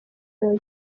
royal